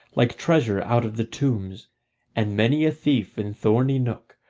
like treasure out of the tombs and many a thief in thorny nook,